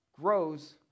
grows